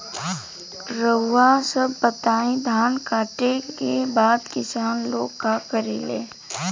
रउआ सभ बताई धान कांटेके बाद किसान लोग का करेला?